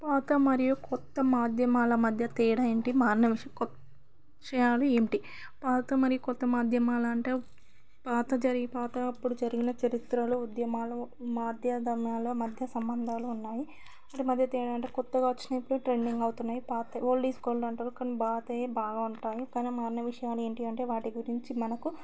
పాత మరియు క్రొత్త మాధ్యమాల మధ్య తేడా ఏంటి మాన్న కొ చయాలు ఏంటి పాత మరియు క్రొత్త మాధ్యమాలంటే పాత జరిగి పాత అప్పుడు జరిగిన చరిత్రలో ఉద్యమాలు మాధ్య ధమాలో మధ్య సంబంధాలు ఉన్నాయి అంటే మధ్య తేడా అంటే కొత్తగా వచ్చినవి ఇప్పుడు ట్రెండింగ్ అవుతున్నయి ఓల్డ్ ఈస్ గోల్డ్ అంటరు కానీ పాతయే బాగుంటయి కానీ మా అన్న విషయాలు ఏంటి అంటే వాటి గురించి మనకు